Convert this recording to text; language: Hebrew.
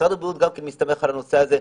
משרד הבריאות גם כן מסתמך על הנושא הזה.